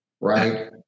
right